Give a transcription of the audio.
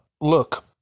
look